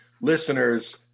listeners